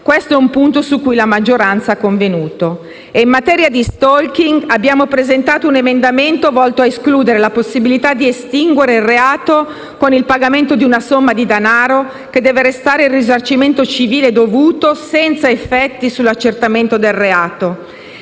(questo è un punto su cui la maggioranza ha convenuto). In materia di *stalking*, abbiamo presentato un emendamento volto a escludere la possibilità di estinguere il reato con il pagamento di una somma di danaro, che deve restare il risarcimento civile dovuto senza effetti sull'accertamento del reato.